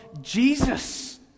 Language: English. Jesus